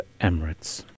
Emirates